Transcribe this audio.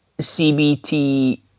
CBT